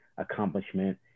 accomplishment